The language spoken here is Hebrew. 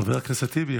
חבר הכנסת טיבי,